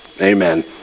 amen